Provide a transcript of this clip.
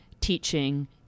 teaching